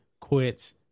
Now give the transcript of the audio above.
quits